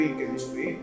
chemistry